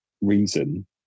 reason